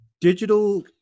digital